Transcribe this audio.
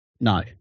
No